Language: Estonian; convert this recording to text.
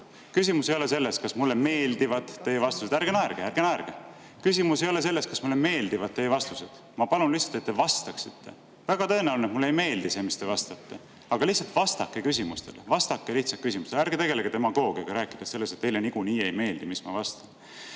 Küsimus ei ole selles, kas mulle meeldivad teie vastused. Ärge naerge, ärge naerge! Küsimus ei ole selles, kas mulle meeldivad teie vastused. Ma palun lihtsalt, et te vastaksite. On väga tõenäoline, et mulle ei meeldi see, mida te vastate. Aga lihtsalt vastake küsimustele, vastake lihtsalt küsimustele. Ärge tegelge demagoogiaga, rääkides sellest, et mulle nagunii ei meeldi, mida te